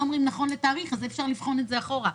אומרים נכון לתאריך אז אי אפשר לבחון את זה אחורה.